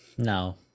No